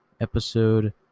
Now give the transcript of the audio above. episode